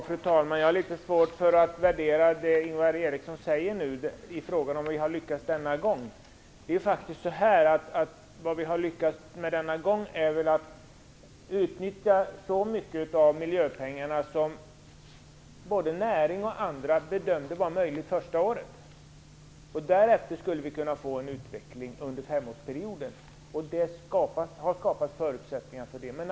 Fru talman! Jag har litet svårt för att värdera det Ingvar Eriksson säger om att vi inte lyckats denna gång. Vad vi lyckats med denna gång är att utnyttja så mycket av miljöpengarna som både näringen och andra bedömde möjligt det första året. Därefter skulle vi kunna få en utveckling och skapa nya möjligheter.